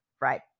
right